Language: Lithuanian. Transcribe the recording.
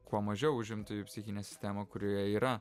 kuo mažiau užimtųjų jų psichinę sistemą kurioje jie yra